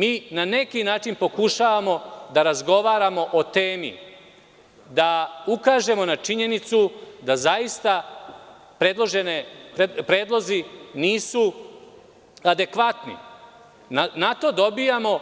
Mi na neki način pokušavamo da razgovaramo o temi, da ukažemo na činjenicu, da zaista predloženi predlozi nisu adekvatni, na to dobijamo